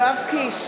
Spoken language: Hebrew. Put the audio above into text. יואב קיש,